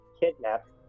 kidnapped